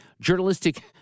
journalistic